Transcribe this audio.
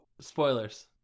spoilers